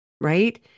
Right